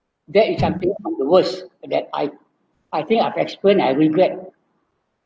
that is something the worse that I I think I've explained I regret